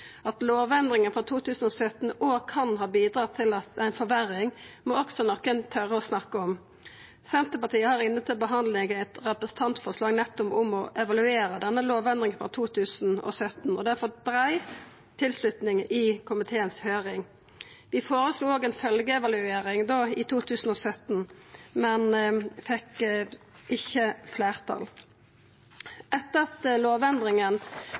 At lovendringa frå 2017 òg kan ha bidratt til ei forverring, må også nokon tora å snakka om. Senterpartiet har inne til behandling eit representantforslag nettopp om å evaluera denne lovendringa frå 2017, og det har fått brei tilslutning i høyringa i komiteen. Vi føreslo òg ei følgjeevaluering da, i 2017, men fekk ikkje fleirtal. Etter at lovendringa